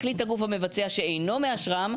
החליט הגוף המבצע שאינו מאשרם,